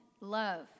love